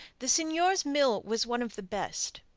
the seigneur's mill was one of the best.